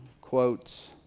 quotes